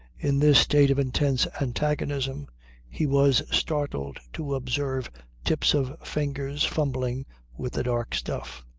in this state of intense antagonism he was startled to observe tips of fingers fumbling with the dark stuff.